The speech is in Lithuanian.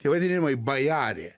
tie vadinami bajari